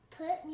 put